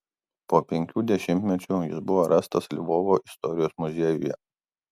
po penkių dešimtmečių jis buvo rastas lvovo istorijos muziejuje